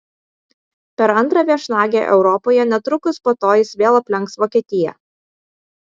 per antrą viešnagę europoje netrukus po to jis vėl aplenks vokietiją